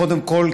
קודם כול,